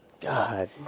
God